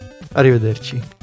Arrivederci